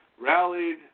rallied